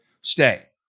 stay